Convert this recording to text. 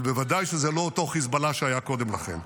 אבל בוודאי שזה לא אותו חיזבאללה שהיה קודם לכן.